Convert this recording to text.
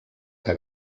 que